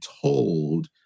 told